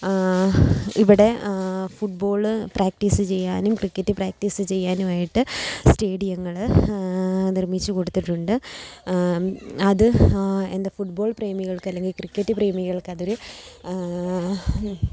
ഇവിടെ football practice ചെയ്യാനും cricket practice ചെയ്യാനുമായിട്ട് സ്റ്റേഡിയങ്ങള് നിർമ്മിച്ചു കൊടുത്തിട്ടുണ്ട് അത് എന്താണ് ഫുട് ബോൾ പ്രേമികൾക്ക് അല്ലെങ്കില് ക്രിക്കറ്റ് പ്രേമികൾക്കതൊരു